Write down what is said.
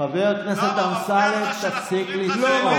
חבר הכנסת אמסלם, תפסיק לצעוק.